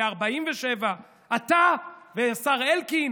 לקווי 1947. אתה והשר אלקין